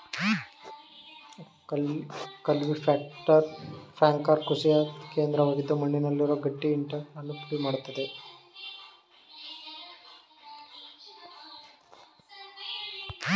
cultipacker ಕೃಷಿಯಂತ್ರವಾಗಿದ್ದು ಮಣ್ಣುನಲ್ಲಿರುವ ಗಟ್ಟಿ ಇಂಟೆಗಳನ್ನು ಪುಡಿ ಮಾಡತ್ತದೆ